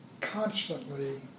constantly